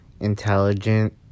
Intelligent